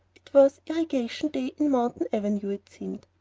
it was irrigation day in mountain avenue, it seemed.